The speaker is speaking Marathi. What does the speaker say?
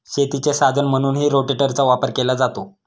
शेतीचे साधन म्हणूनही रोटेटरचा वापर केला जातो